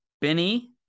Benny